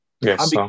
Yes